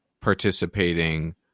participating